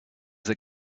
that